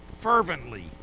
fervently